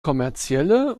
kommerzielle